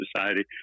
society